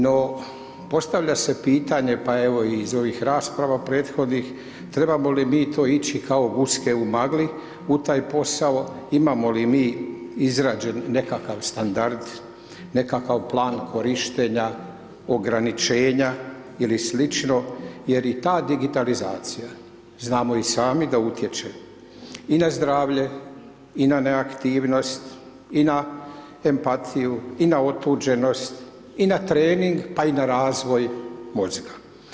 No, postavlja se pitanje pa i iz ovih rasprava prethodnih, trebamo li mi to ići kao guske u magli u taj posao, imamo li mi izrađen standard, nekakav plan korištenja ograničenja ili slično jer i ta digitalizacija, znamo i sami da utječe i na zdravlje i na neaktivnost i na empatiju i na otuđenost i na trening a i na razvoj mozga.